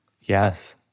Yes